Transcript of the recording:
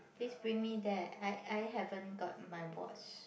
please bring me there I I haven't got my watch